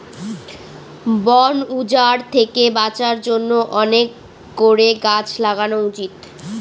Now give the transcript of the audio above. বন উজাড় থেকে বাঁচার জন্য অনেক করে গাছ লাগানো উচিত